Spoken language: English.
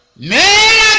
may